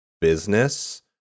business